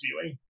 viewing